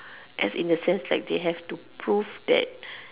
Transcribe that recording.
as in the sense like they have to prove that